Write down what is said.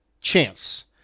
chance